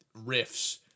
riffs